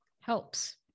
helps